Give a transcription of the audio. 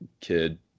kid